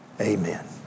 Amen